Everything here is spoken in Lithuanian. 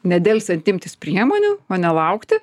nedelsiant imtis priemonių o nelaukti